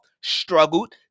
struggled